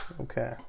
okay